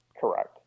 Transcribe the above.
Correct